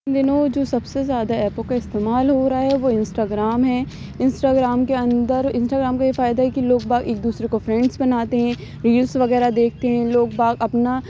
اُن دِنوں جو سب سے زیادہ ایپوں کا استعمال ہو رہا ہے وہ انسٹا گرام ہے انسٹا گرام کے اندر انسٹا گرام کا یہ فائدہ ہے کہ لوگ باغ ایک دوسرے کو فرینڈس بناتے ہیں ریلس وغیرہ دیکھتے ہیں لوگ باغ اپنا